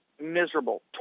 miserable